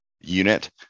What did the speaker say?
unit